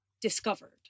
discovered